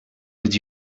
did